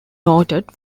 noted